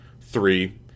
Three